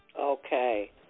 Okay